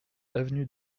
avenue